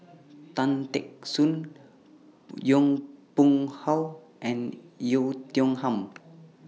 Tan Teck Soon Yong Pung How and Oei Tiong Ham